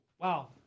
Wow